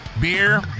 beer